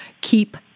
Keep